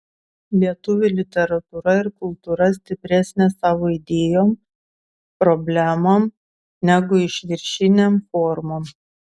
lietuvių literatūra ir kultūra stipresnė savo idėjom problemom negu išviršinėm formom